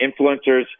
influencers